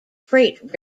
freight